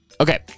Okay